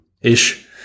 ish